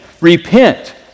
repent